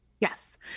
Yes